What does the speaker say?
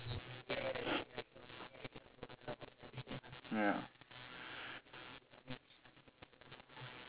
ya